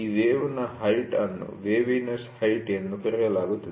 ಈ ವೇವ್'ನ ಹೈಟ್ ಅನ್ನು ವೇವಿನೆಸ್ ಹೈಟ್ ಎಂದು ಕರೆಯಲಾಗುತ್ತದೆ